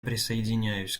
присоединяюсь